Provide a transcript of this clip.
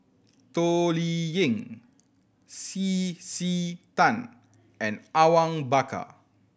Toh Liying C C Tan and Awang Bakar